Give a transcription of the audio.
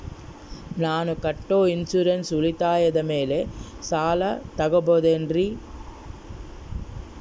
ನಾನು ಕಟ್ಟೊ ಇನ್ಸೂರೆನ್ಸ್ ಉಳಿತಾಯದ ಮೇಲೆ ಸಾಲ ತಗೋಬಹುದೇನ್ರಿ?